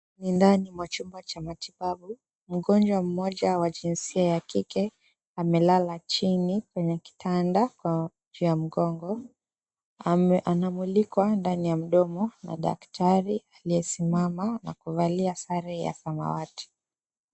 Ni ndani mwa chumba cha matibabu. Mgonjwa mmoja wa jinsia ya kike amelala chini kwenye kitanda kwa juu ya mgongo. Amemulikwa ndani ya mdomo na daktari aliyesimama na kuvalia sare ya samawati.